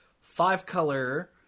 five-color